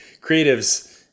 creatives